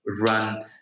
run